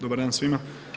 Dobar dan svima.